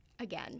again